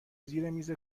زیرمیز